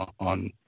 on